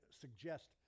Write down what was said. suggest